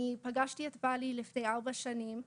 אני פגשתי את בעלי לפני ארבע שנים ובאמת,